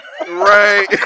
Right